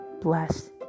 bless